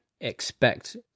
expect